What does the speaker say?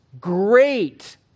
great